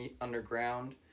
underground